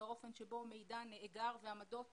האופן שבו מידע נאגר ועמדות